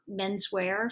menswear